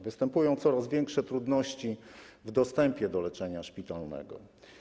Występują coraz większe trudności w dostępie do leczenia szpitalnego.